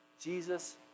Jesus